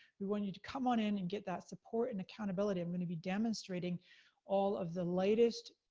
we want you to come on in and get that support, and accountability, i'm gonna be demonstrating all of the latest,